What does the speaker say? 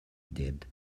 did